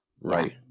right